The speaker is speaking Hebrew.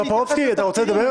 טופורובסקי, אתה רוצה לדבר?